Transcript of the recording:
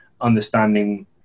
understanding